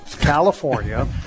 California